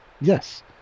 Yes